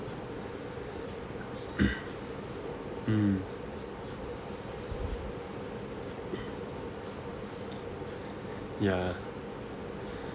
mm yeah